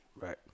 Right